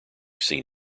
seen